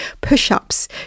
Push-ups